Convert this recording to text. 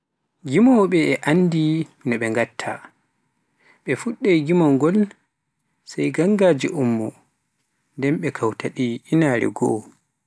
gimowoɓe e anndi no ɓe ngatta, ɓe fuɗɗai gimol ngol sai ganngaaji ummo nden ɓe kawta ɗi inaare goo.